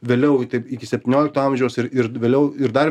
vėliau taip iki septyniolikto amžiaus ir ir vėliau ir dar